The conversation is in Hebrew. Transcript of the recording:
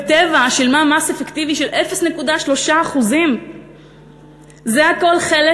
ו"טבע" שילמה מס אפקטיבי של 0.3%. זה הכול חלק